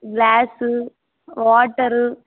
glass water